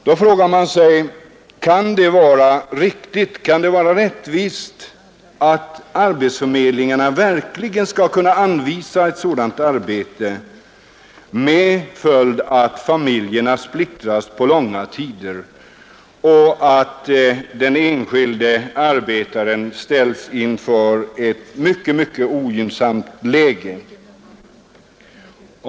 Man frågar sig om det verkligen kan vara riktigt och rättvist att arbetsförmedlingarna anvisar sådant arbete, som får till följd att familjerna splittras under långa tider och att den enskilde arbetaren ställs i ett mycket ogynnsamt läge.